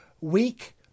weak